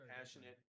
passionate